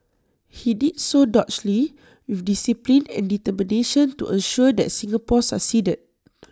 he did so doggedly with discipline and determination to ensure that Singapore succeeded